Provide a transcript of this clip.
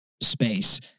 space